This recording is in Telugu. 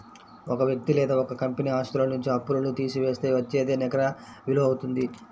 ఒక వ్యక్తి లేదా ఒక కంపెనీ ఆస్తుల నుంచి అప్పులను తీసివేస్తే వచ్చేదే నికర విలువ అవుతుంది